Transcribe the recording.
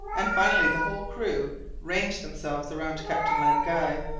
and finally the whole crew ranged themselves around captain len guy.